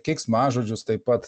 keiksmažodžius taip pat